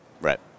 Right